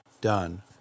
done